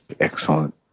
Excellent